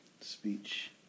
speech